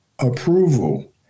approval